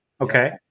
Okay